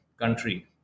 country